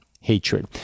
hatred